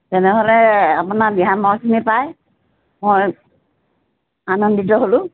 তেনেহ'লে আপোনাৰ দিহা পৰামৰ্শখিনি পাই মই আনন্দিত হ'লোঁ